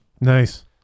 nice